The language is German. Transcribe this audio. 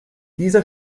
dieser